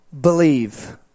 believe